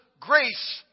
grace